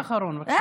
משפט אחרון, בבקשה.